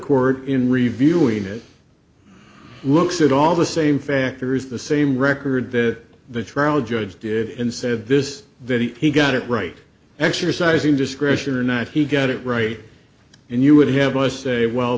court in reviewing it looks at all the same factors the same record that the trial judge did and said this video he got it right exercising discretion or not he got it right and you would have most say well